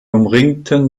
umringten